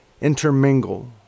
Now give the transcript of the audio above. intermingle